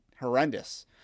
horrendous